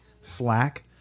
slack